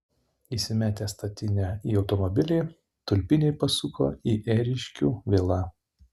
įsimetę statinę į automobilį tulpiniai pasuko į ėriškių vilą